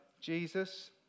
Jesus